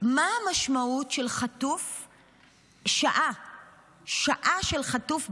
מה המשמעות של שעה של חטוף במנהרות?